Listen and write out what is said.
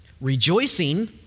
rejoicing